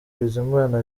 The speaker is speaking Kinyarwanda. bizimana